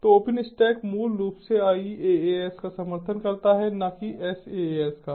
तो ओपनस्टैक मूल रूप से IaaS का समर्थन करता है न कि SaaS या PaaS का